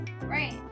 Right